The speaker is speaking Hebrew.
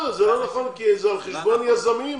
לא נכון, כי זה על חשבון היזמים.